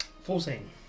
Fourteen